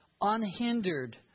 unhindered